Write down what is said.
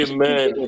Amen